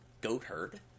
Goatherd